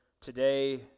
today